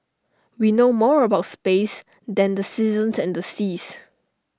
we know more about space than the seasons and seas